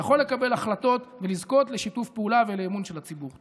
יכול לקבל החלטות ולזכות לשיתוף פעולה ולאמון של הציבור.